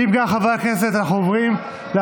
אם כך, חברי הכנסת, אנחנו עוברים להצבעה.